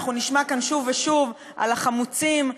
נשמע כאן שוב ושוב על החמוצים,